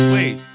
Wait